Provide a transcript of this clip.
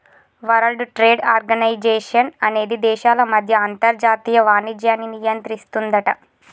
world trade organisation అనేది దేశాల మధ్య అంతర్జాతీయ వాణిజ్యాన్ని నియంత్రిస్తుందట